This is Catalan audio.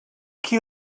qui